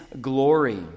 glory